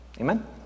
Amen